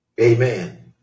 Amen